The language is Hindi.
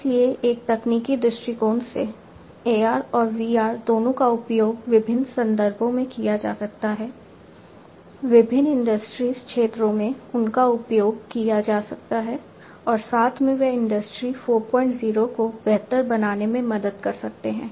इसलिए एक तकनीकी दृष्टिकोण से AR और VR दोनों का उपयोग विभिन्न संदर्भों में किया जा सकता है विभिन्न इंडस्ट्री क्षेत्रों में उनका उपयोग किया जा सकता है और साथ में वे इंडस्ट्री 40 को बेहतर बनाने में मदद कर सकते हैं